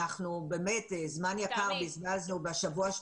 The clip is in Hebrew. באמת בזבזנו זמן יקר בשבוע,